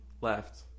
Left